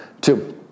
Two